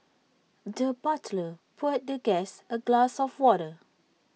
the butler poured the guest A glass of water